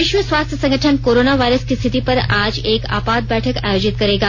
विश्व स्वास्थ्य संगठन कोरोना वायरस की स्थिति पर आज एक आपात बैठक आयोजित करेगा